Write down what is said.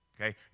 Okay